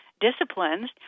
disciplines